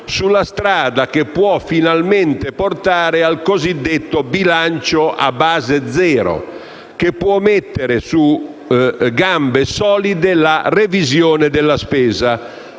sulla strada che può finalmente portare al cosiddetto bilancio a base zero, che può mettere su gambe solide la revisione della spesa,